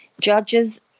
judges